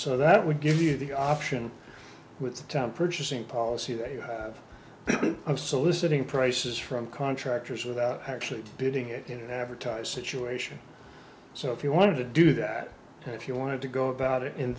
so that would give you the option with the time purchasing policy that you have of soliciting prices from contractors without actually bidding it advertised situation so if you wanted to do that and if you wanted to go about it in